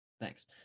Thanks